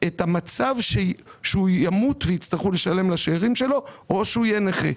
את המצב שהוא ימות ויצטרכו לשלם לשארים שלו או שהוא יהיה נכה.